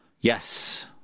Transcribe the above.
Yes